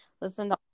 listen